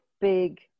big